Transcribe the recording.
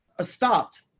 stopped